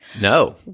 No